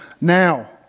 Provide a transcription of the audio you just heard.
now